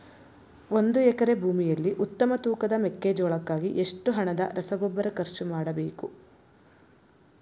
ಒಂದು ಎಕರೆ ಭೂಮಿಯಲ್ಲಿ ಉತ್ತಮ ತೂಕದ ಮೆಕ್ಕೆಜೋಳಕ್ಕಾಗಿ ಎಷ್ಟು ಹಣದ ರಸಗೊಬ್ಬರ ಖರ್ಚು ಮಾಡಬೇಕು?